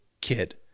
kid